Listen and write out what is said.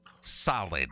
Solid